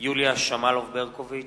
יוליה שמאלוב-ברקוביץ,